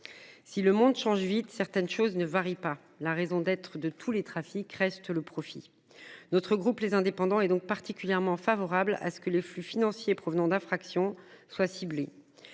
Si Le monde change vite certaines choses ne varie pas la raison d'être de tous les trafics reste le profit. Notre groupe les indépendants et donc particulièrement favorable à ce que les flux financiers provenant d'infractions soit ciblée.